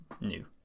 new